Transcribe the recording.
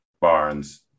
Barnes